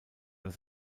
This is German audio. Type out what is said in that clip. das